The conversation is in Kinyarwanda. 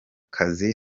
kazi